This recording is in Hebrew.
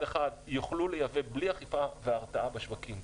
אחד יוכלו לייבא בלי אכיפה והרתעה בשווקים,